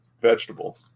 vegetable